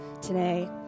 today